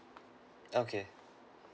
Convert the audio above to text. okay